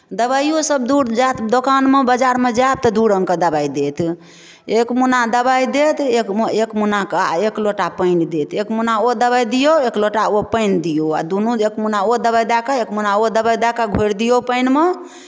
दबाइओसभ दूर जायत दोकानमे बाजारमे जायत तऽ दू रङ्गके दबाइ देत एक मुन्ना दबाइ देत एक एक मुन्नाके आ एक लोटा पानि देत एक मुन्ना ओ दबाइ दियौ एक लोटा ओ पानि दियौ आ दुनू जे एक मुन्ना ओ दबाइ दए कऽ आ एक मुन्ना ओ दबाइ दए कऽ घोरि दियौ पानिमे